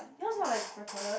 yours not like recorded